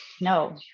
no